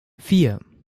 vier